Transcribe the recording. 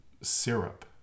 syrup